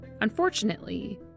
Unfortunately